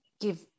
give